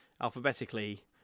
alphabetically